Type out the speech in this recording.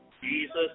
Jesus